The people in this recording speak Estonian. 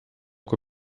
kui